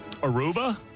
Aruba